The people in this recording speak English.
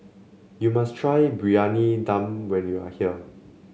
you must try Briyani Dum when you are here